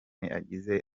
agize